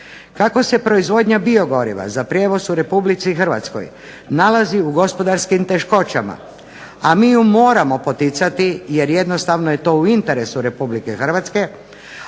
Kako se proizvodnja biogoriva za prijevoz u Republici Hrvatskoj nalazi u gospodarskim teškoćama, a mi ju moramo poticati jer jednostavno je to u interesu Republike Hrvatske,